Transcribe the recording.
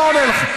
לא עונה לך.